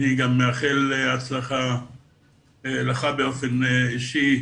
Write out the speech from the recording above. אני גם מאחל הצלחה לך באופן אישי,